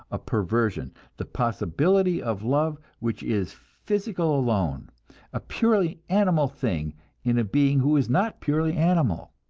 a perversion, the possibility of love which is physical alone a purely animal thing in a being who is not purely animal,